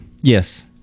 Yes